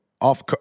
off